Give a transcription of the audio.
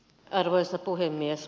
arvoisa puhemies